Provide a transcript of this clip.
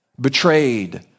betrayed